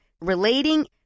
relating